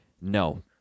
no